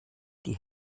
die